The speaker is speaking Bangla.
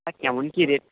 আর কেমন কী রেট